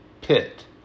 pit